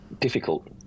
difficult